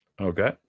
Okay